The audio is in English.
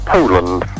Poland